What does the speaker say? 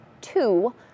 two